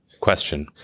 question